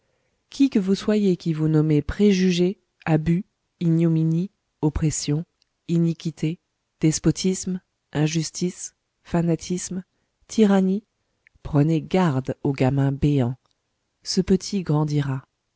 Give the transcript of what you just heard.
qui que vous soyez qui vous nommez préjugé abus ignominie oppression iniquité despotisme injustice fanatisme tyrannie prenez garde au gamin béant ce petit grandira